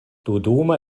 dodoma